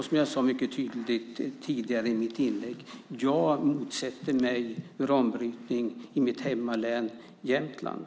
Som jag mycket tydligt sade tidigare i mitt inlägg motsätter jag mig uranbrytning i mitt hemlän Jämtland.